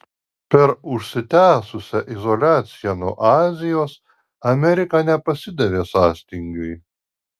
per užsitęsusią izoliaciją nuo azijos amerika nepasidavė sąstingiui